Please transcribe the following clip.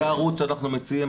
זה הערוץ שאנחנו מציעים,